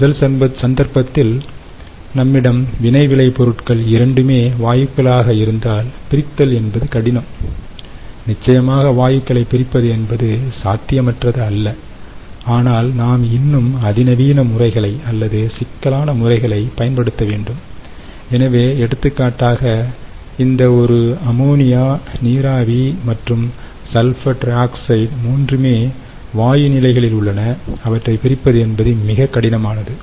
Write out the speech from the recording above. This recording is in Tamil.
முதல் சந்தர்ப்பத்தில் நம்மிடம் வினை விளை பொருட்கள் இரண்டுமே வாயுக்களாக இருந்தால் பிரித்தல் என்பது கடினம் நிச்சயமாக வாயுக்களை பிரிப்பது என்பது சாத்தியமற்றது அல்ல ஆனால் நாம் இன்னும் அதிநவீன முறைகளை அல்லது சிக்கலான முறைகளை பயன்படுத்த வேண்டும் எனவே எடுத்துக்காட்டாக இந்த ஒரு அம்மோனியா நீராவி மற்றும் சல்பர் ட்ரொக்ஸைடு மூன்றுமே வாயு நிலைகளில் உள்ளன அவற்றை பிரிப்பது என்பது மிகக் கடினமானது